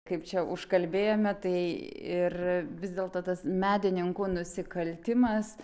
kaip čia užkalbėjome tai ir vis dėlto tas medininkų nusikaltimas